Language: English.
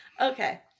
Okay